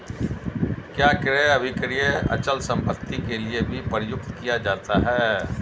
क्या क्रय अभिक्रय अचल संपत्ति के लिये भी प्रयुक्त किया जाता है?